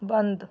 ਬੰਦ